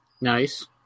Nice